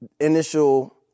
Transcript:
initial